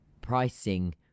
pricing